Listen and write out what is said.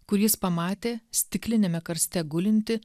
kur jis pamatė stikliniame karste gulintį